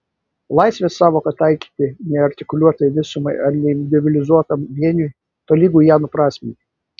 laisvės sąvoką taikyti neartikuliuotai visumai ar neindividualizuotam vieniui tolygu ją nuprasminti